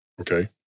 Okay